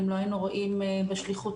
אם לא היינו רואים בחינוך שליחות,